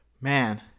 man